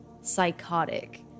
psychotic